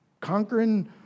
conquering